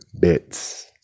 Bits